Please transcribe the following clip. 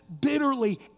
bitterly